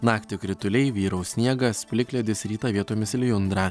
naktį krituliai vyraus sniegas plikledis rytą vietomis lijundra